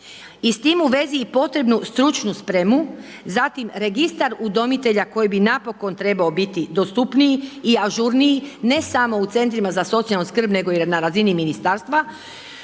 i s tim u vezi i potrebnu spremu, zatim registar udomitelja koji bi napokon trebao biti dostupniji i ažurniji, ne samo u centrima za socijalnu skrb nego i na razini ministarstva,